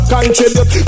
Contribute